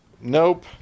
Nope